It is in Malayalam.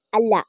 അല്ല